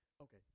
Okay